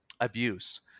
abuse